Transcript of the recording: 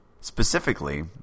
Specifically